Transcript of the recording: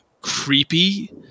creepy